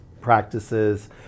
practices